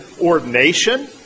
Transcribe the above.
ordination